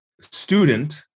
student